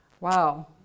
Wow